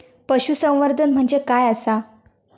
पशुसंवर्धन म्हणजे काय आसा?